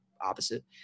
opposite